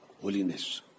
holiness